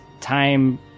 time